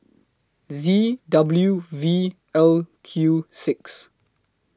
Z W V L Q six